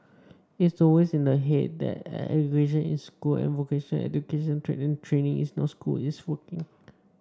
it's always in the head that education is school and vocational education and training is not school it's working